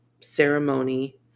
ceremony